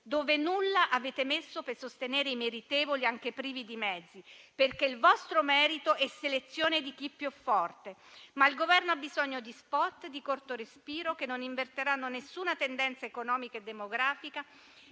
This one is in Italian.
dove nulla avete messo per sostenere i meritevoli, anche privi di mezzi, perché il vostro merito è la selezione di chi è più forte. Ma il Governo ha bisogno di *spot* di corto respiro, che non invertiranno alcuna tendenza economica e demografica,